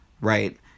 right